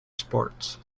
sports